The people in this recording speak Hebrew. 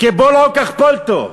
"כבולעו כך פולטו".